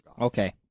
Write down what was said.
Okay